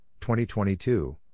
2022